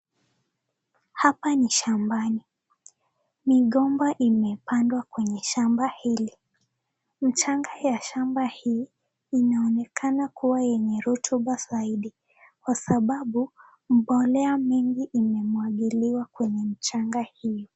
Hapa ni shambani, migomba imepandwa kwenye shamba hili, mchanga ya shamba hii inaonekana kuwa yenye rotuba zaidi kwasababu mbolea nyingi imemwagiliwa kwenye mchanga hii.